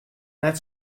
net